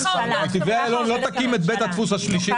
נתיבי איילון לא תקים את בית הדפוס השלישי.